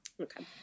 Okay